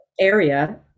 area